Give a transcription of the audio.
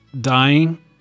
dying